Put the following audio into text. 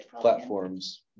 platforms